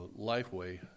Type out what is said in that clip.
Lifeway